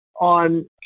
on